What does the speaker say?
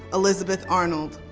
elizabeth arnold,